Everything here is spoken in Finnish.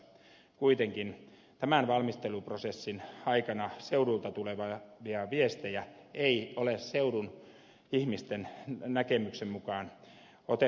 kuitenkin tämän valmisteluprosessin aikana seudulta tulevia viestejä ei ole seudun ihmisten näkemyksen mukaan otettu huomioon